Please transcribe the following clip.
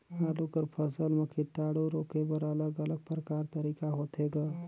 आलू कर फसल म कीटाणु रोके बर अलग अलग प्रकार तरीका होथे ग?